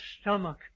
stomach